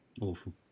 Awful